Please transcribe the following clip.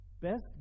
best